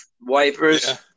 wipers